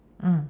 mm